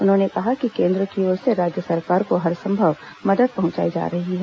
उन्होंने कहा कि केंद्र की ओर से राज्य सरकार को हरसभंव मदद पहुंचाई जा रही है